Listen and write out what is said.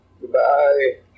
Goodbye